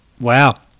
Wow